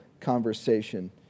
conversation